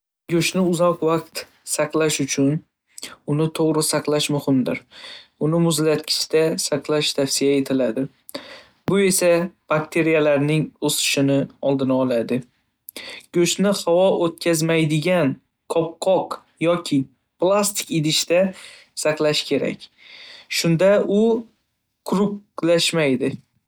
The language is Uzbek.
Go'shtni uzoq vaqt saqlash uchun uni to'g'ri saqlash muhimdir. Uni muzlatgichda yoki muzlatgichda saqlash tavsiya etiladi, bu esa bakteriyalarning o'sishini oldini oladi. Go'shtni havo o'tkazmaydigan qopqoq yoki plastik idishda saqlash kerak, shunda u quruqlashmaydi.